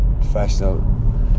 professional